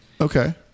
Okay